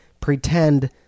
pretend